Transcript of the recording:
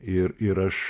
ir ir aš